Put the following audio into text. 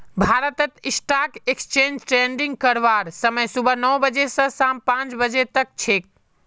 भारतत stock exchange trading करवार समय सुबह नौ बजे स शाम पांच बजे तक छेक